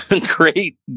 great